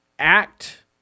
Act